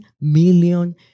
million